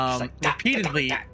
repeatedly